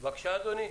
בבקשה, אדוני.